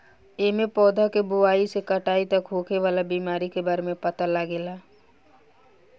एमे पौधा के बोआई से कटाई तक होखे वाला बीमारी के बारे में पता लागेला